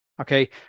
Okay